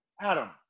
Adam